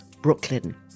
Brooklyn